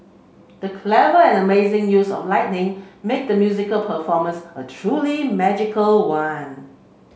the clever and amazing use of lighting made the musical performance a truly magical one